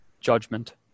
judgment